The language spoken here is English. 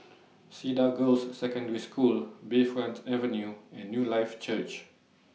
Cedar Girls' Secondary School Bayfront Avenue and Newlife Church